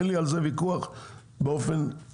אין לי על זה ויכוח באופן מובהק.